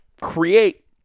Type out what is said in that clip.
create